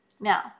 Now